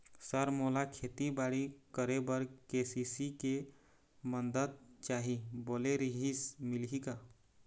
Sir मोला खेतीबाड़ी करेबर के.सी.सी के मंदत चाही बोले रीहिस मिलही का?